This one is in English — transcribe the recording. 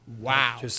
Wow